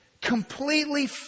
completely